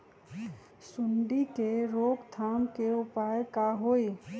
सूंडी के रोक थाम के उपाय का होई?